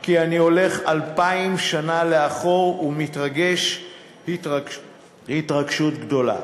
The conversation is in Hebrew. כי אני הולך 2,000 שנה לאחור ומתרגש התרגשות גדולה.